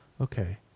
Okay